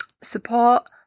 support